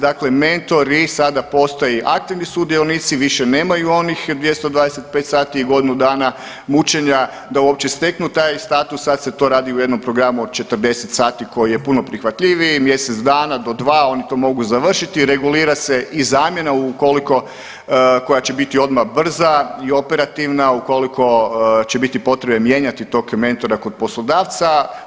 Dakle mentori sada postoje aktivni sudionici, više nemaju onih 225 sati i godinu dana mučenja da uopće steknu taj status, sad se to radi u jednom programu od 40 sati koji je puno prihvatljiviji, mjesec dana do 2, oni to mogu završiti i regulira se i zamjena ukoliko, koja će biti odmah brza i operativna ukoliko će biti potrebe mijenjati tog mentora kod poslodavca.